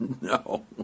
No